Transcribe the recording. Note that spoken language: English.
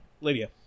Lydia